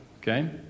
Okay